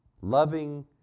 Loving